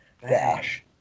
dash